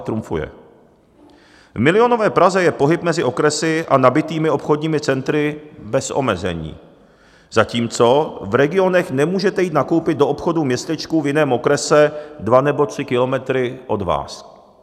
V milionové Praze je pohyb mezi okresy a nabitými obchodními centry bez omezení, zatímco v regionech nemůžete jít nakoupit do obchodu v městečku v jiném okrese dva nebo tři kilometry od vás.